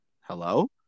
hello